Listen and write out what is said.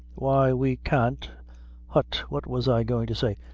why we can't hut, what was i goin' to say?